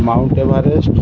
Mount Everest